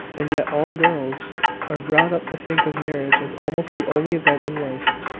and yet all girls are brought up to think of marriage as almost the only event in life.